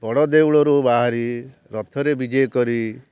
ବଡ଼ ଦେଉଳରୁ ବାହାରି ରଥରେ ବିଜେ କରି